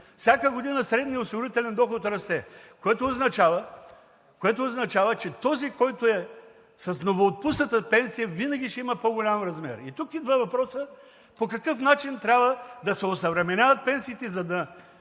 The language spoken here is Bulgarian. Всяка година средният осигурителен доход расте, което означава, че този, който е с новоотпусната пенсия, винаги ще има по-голям размер. И тук идва въпросът: по какъв начин трябва да се осъвременяват пенсиите,